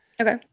Okay